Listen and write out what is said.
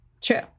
True